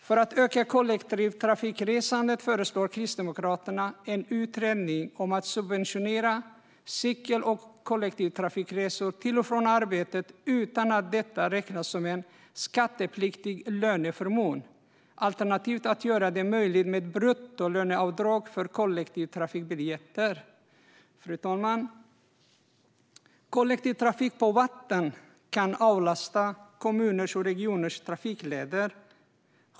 För att öka kollektivtrafikresandet föreslår Kristdemokraterna en utredning om att subventionera cykel och kollektivtrafikresor till och från arbetet utan att detta räknas som en skattepliktig löneförmån alternativt att göra det möjligt med bruttolöneavdrag för kollektivtrafikbiljetter. Fru talman! Kollektivtrafik på vatten kan avlasta kommuners och regioners trafikleder.